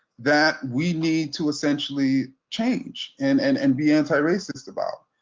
that we need to essentially change and and and be anti-racist about.